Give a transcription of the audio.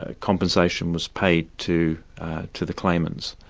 ah compensation was paid to to the claimants.